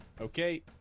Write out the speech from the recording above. okay